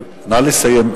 נא לסיים.